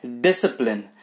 discipline